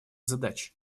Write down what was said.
задач